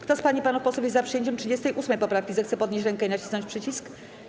Kto z pań i panów posłów jest za przyjęciem 38. poprawki, zechce podnieść rękę i nacisnąć przycisk.